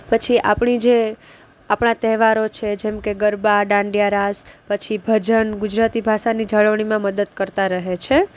પછી આપણી જે આપણા તહેવારો છે જેમકે ગરબા ડાંડિયારાસ પછી ભજન ગુજરાતી ભાષાની જાળવણીમાં મદદ કરતાં રહે છે